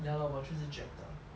ya lor 我就是觉得